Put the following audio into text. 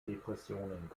depressionen